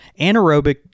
Anaerobic